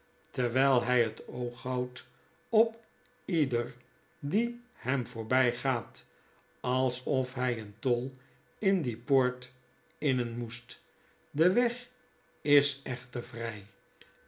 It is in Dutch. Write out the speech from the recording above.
terwyl hy het oog houdt op ieder die hem voorby gaat alsof hy een tol in die poort innen moest de weg is echter vrjj